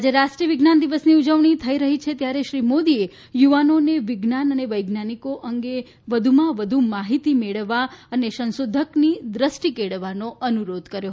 આજે રાષ્ટ્રીય વિજ્ઞાન દિવસની ઉજવણી થઇ રહી છે ત્યારે શ્રી મોદીએ યુવાનોને વિજ્ઞાન અને વૈજ્ઞાનિકો અંગે વધુમાં વધુ માહિતી મેળવવા અને સંશોધકની દ્રષ્ટિ કેળવવાનો અનુરોધ કર્યો